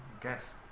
guess